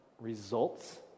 results